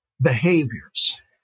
behaviors